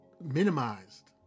Minimized